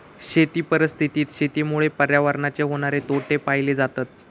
शेती परिस्थितीत शेतीमुळे पर्यावरणाचे होणारे तोटे पाहिले जातत